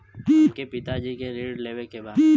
हमरे पिता जी के ऋण लेवे के बा?